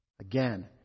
Again